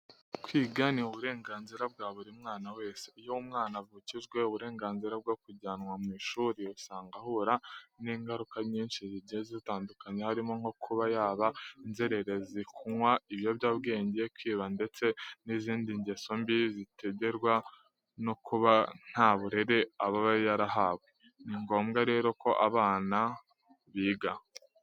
Kwiga ni uburenganzira bwa buri mwana wese. Iyo umwana avukijwe uburenganzira bwo kujyanwa ku ishuri usanga ahura n'ingaruka nyinshi zigiye zitandukanye harimo nko kuba yaba inzererezi, kunywa ibiyobyabwenge, kwiba ndetse n'izindi ngeso mbi ziterwa no kuba nta burere aba yarahawe. Ni ngombwa rero ko abana biga.